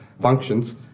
functions